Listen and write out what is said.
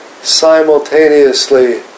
simultaneously